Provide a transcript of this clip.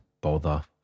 bother